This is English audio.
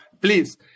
please